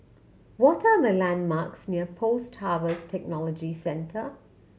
what are the landmarks near Post Harvest Technology Centre